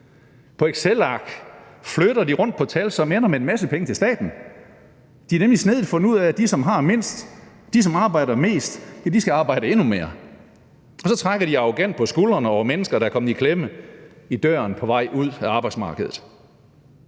På excelark flytter de rundt på tal, så man ender med en masse penge til staten. De har nemlig snedigt fundet ud af, at de, som har mindst, at de, som arbejder mest, skal arbejde endnu mere. Og så trækker de arrogant på skuldrene over mennesker, der er kommet i klemme i døren på vej ud af arbejdsmarkedet.